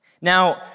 Now